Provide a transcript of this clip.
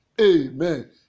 amen